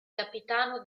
capitano